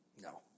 No